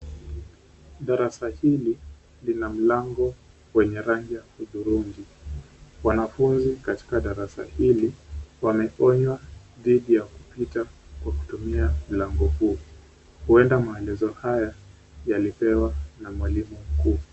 Darasa hili lina mlango wenye rangi ya hudhurungi, wanafunzi katika darasa hili wameonywa dhidi ya kupita kwa kutumia mlango huu, huenda maelezo haya yalipeanwa na mwalimu mkuu.